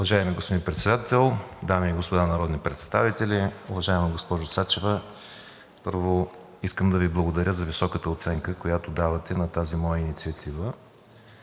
Уважаеми господин Председател, дами и господа народни представители! Уважаема госпожо Сачева, първо, искам да Ви благодаря за високата оценка, която давате на тази моя инициатива.